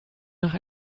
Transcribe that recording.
nach